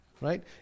right